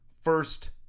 first